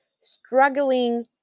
struggling